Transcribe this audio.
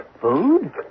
Food